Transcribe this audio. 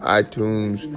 iTunes